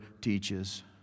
teaches